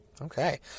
okay